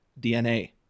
DNA